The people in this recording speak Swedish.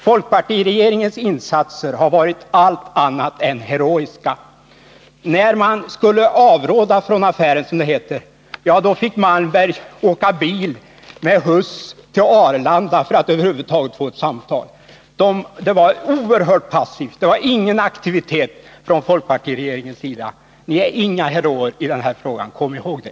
Folkpartiregeringens insatser har varit allt annat än heroiska. När man skulle avråda från affären, som det hette, då fick Malmberg åka bil med Huss till Arlanda för att över huvud taget få ett samtal. Det var oerhört passivt. Det var ingen aktivitet från folkpartiregeringens sida. Ni är inga heroer i den här frågan, kom ihåg det!